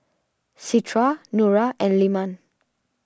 Citra Nura and Leman